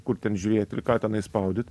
kur ten žiūrėt ir ką tenai spaudyt